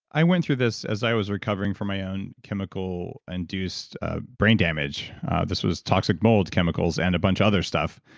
i went through this as i was recovering from my own chemical induced brain damage this was toxic mold chemicals and a bunch other stuff.